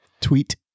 Tweet